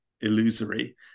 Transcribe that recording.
illusory